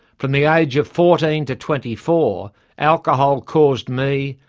from the age of fourteen to twenty four alcohol caused me,